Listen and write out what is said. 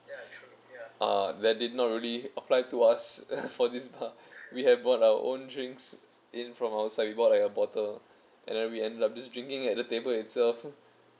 uh that did not really apply to us for this bar we have brought our own drinks in from outside we brought like a bottle and then we ended up just drinking at the table itself